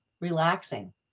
relaxing